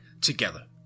together